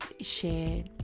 share